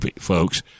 folks